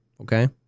Okay